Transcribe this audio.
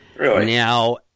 Now